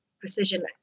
Precision